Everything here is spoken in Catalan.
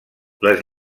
les